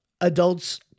Adults